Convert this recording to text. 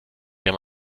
der